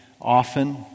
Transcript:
often